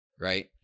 right